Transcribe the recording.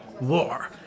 war